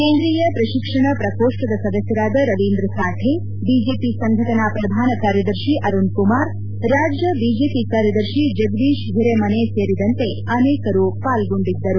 ಕೇಂದ್ರೀಯ ಪ್ರತಿಕ್ಷಣ ಪ್ರಕೋಷ್ಠದ ಸದಸ್ಥರಾದ ರವೀಂದ್ರ ಸಾಕೆ ಬಿಜೆಪಿ ಸಂಘಟನಾ ಪ್ರಧಾನ ಕಾರ್ಯದರ್ಶಿ ಅರುಣ್ ಕುಮಾರ್ ರಾಜ್ಯ ಬಿಜೆಪಿ ಕಾರ್ಯದರ್ಶಿ ಜಗದೀಶ್ ಹಿರೇಮನೆ ಸೇರಿದಂತೆ ಅನೇಕರು ಪಾಲ್ಗೊಂಡಿದ್ದರು